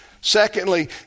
Secondly